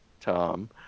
Tom